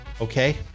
Okay